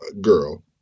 girl